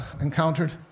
encountered